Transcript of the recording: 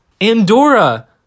Andorra